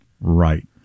right